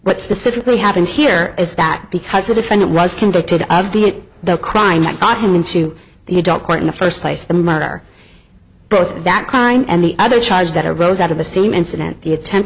what specifically happened here is that because the defendant was convicted of the the crime that brought him into the adult court in the first place the murder both that crime and the other charge that arose out of the same incident the attempt